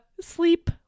sleep